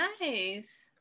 Nice